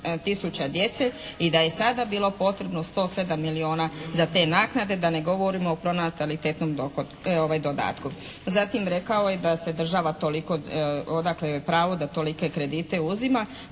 i da je sada bilo potrebno 107 milijuna za te naknade a da ne govorimo o pronatalitetnom dodatku. Zatim, rekao je da se država toliko, odakle joj pravo da tolike kredite uzima.